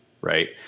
right